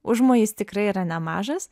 užmojis tikrai yra nemažas